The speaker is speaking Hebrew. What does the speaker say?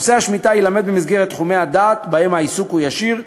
נושא השמיטה יילמד במסגרת תחומי הדעת שבהם העיסוק הוא ישיר,